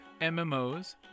MMOs